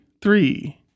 Three